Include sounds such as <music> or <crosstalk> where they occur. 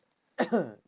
<coughs>